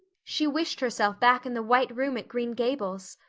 she wished herself back in the white room at green gables.